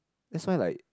that's why like